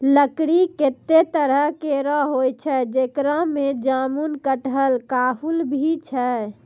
लकड़ी कत्ते तरह केरो होय छै, जेकरा में जामुन, कटहल, काहुल भी छै